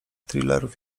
thrillerów